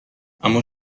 اما